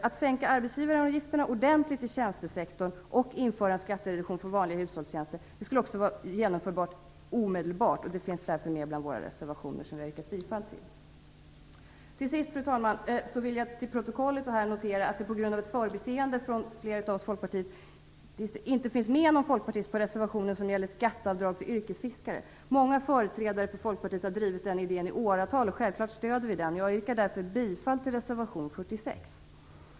Att sänka arbetsgivaravgifterna ordentligt i tjänstesektorn och införa en skattereduktion för vanliga hushållstjänster skulle också vara genomförbart omedelbart, och det finns därför med bland våra reservationer, som vi har yrkat bifall till. Till sist, fru talman, vill jag för protokollet notera att det på grund av ett förbiseende av flera av oss i Folkpartiet inte finns med någon folkpartist på reservationen som gäller skatteavdrag för yrkesfiskare. Många företrädare för Folkpartiet har drivit den idén i åratal, och självfallet stöder vi den. Jag yrkar därför bifall till reservation 46.